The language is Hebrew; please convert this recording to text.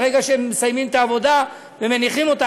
ברגע שמסיימים את העבודה ומניחים אותה,